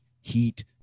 heat